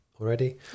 already